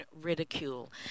ridicule